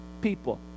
people